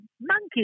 monkey